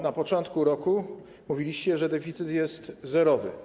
Na początku roku mówiliście, że deficyt jest zerowy.